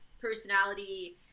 personality